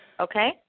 Okay